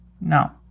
no